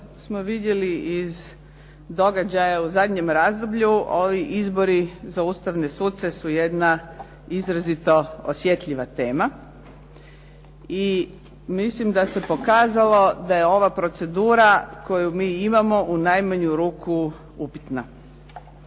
smo vidjeli iz događaja u zadnjem razdoblju, ovi izbori za ustavne suce su jedna izrazito osjetljiva tema i mislim da se pokazalo da je ova procedura koju mi imamo u najmanju ruku upitna.